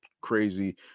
crazy